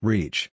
Reach